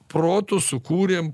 protu sukūrėm